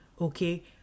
okay